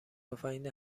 تفنگ